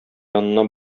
янына